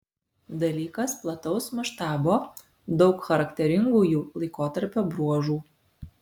dalykas plataus maštabo daug charakteringųjų laikotarpio bruožų